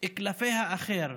כלפי האחר,